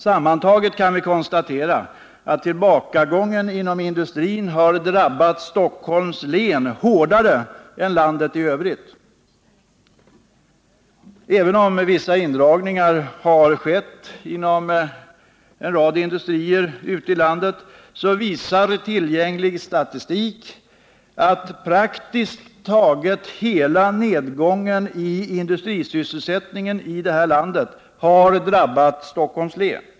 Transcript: Sammantaget kan vi konstatera att tillbakagången inom industrin har drabbat Stockholms län hårdare än landet i övrigt. Även om vissa indragningar har förekommit inom en rad industrier ute i landet, visar tillgänglig statistik att praktiskt taget hela nedgången i industrisysselsättningen i landet har drabbat Stockholms län.